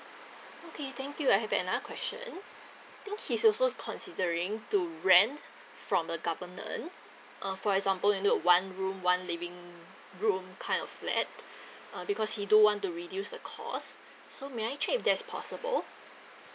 okay thank you I have another question I think he's also considering to rent from the government uh for example you know one room one living room kind of flat uh because he do want to reduce the cost so may I check if that's possible